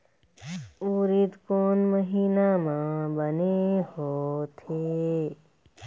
उरीद कोन महीना म बने होथे?